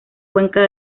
cuenca